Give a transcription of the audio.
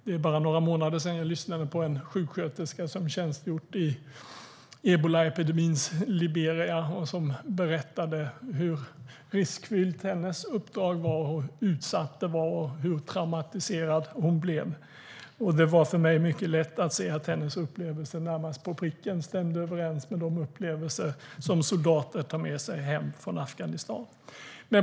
För bara några månader sedan lyssnade jag på en sjuksköterska som tjänstgjort i ebolaepidemins Liberia, som berättade hur riskfyllt och utsatt hennes uppdrag var och hur traumatiserad hon blev. Det var för mig mycket lätt att se att hennes upplevelser närmast på pricken stämde överens med de upplevelser som soldater tar med sig hem från Afghanistan.